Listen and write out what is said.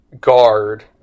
guard